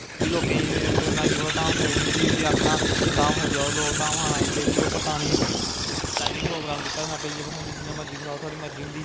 फ्ही लोकें गी नाईयै कोला दा धाम खलाई ओड़नी फ्ही उसी आक्खना धाम खान आई जाओ फ्ही लोग धाम खान आई जंदे फ्ही ओह् परताने स्टैंडिग प्रोग्राम कीता जां बैट्ठी बठाली जियां खलाओ तोआड़ी मर्जी होंदी